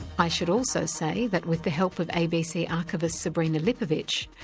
i should also say that with the help of abc archivist sabrina lipovic,